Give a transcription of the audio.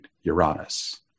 Uranus